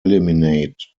eliminate